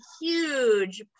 huge